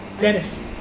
Dennis